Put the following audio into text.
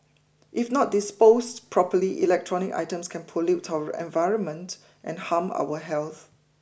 if not disposed properly electronic items can pollute our environment and harm our health